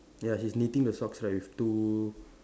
ya he's knitting the socks right with the two